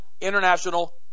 international